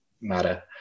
matter